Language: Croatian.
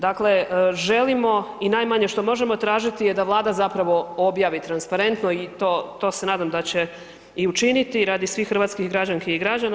Dakle, želimo i najmanje što možemo tražiti je da Vlada zapravo objavi transparentno i to se nadam da će i učiniti radi svih hrvatskih građanki i građana.